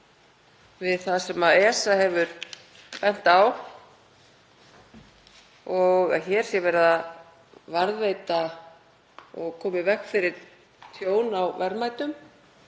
við það sem ESA hefur bent á og hér sé verið að varðveita og koma í veg fyrir tjón á verðmætum